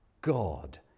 God